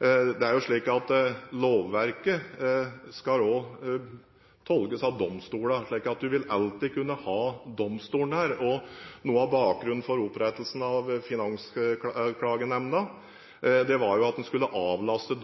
Det er slik at lovverket også skal tolkes av domstolene, slik at en alltid vil kunne ha domstolen der. Noe av bakgrunnen for opprettelsen av Finansklagenemnda var at den skulle avlaste